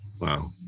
Wow